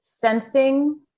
sensing